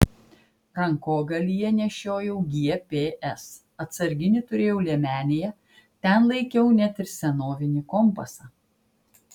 rankogalyje nešiojau gps atsarginį turėjau liemenėje ten laikiau net ir senovinį kompasą